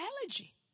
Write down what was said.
allergy